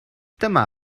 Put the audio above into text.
dyma